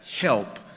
Help